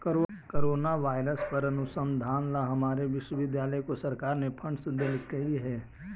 corona virus पर अनुसंधान ला हमारे विश्वविद्यालय को सरकार ने फंडस देलकइ हे